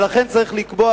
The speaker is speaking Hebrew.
ולכן צריך לקבוע,